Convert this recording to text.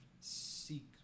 seek